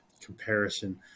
comparison